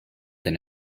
than